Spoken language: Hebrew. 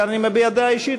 כאן אני מביע דעה אישית,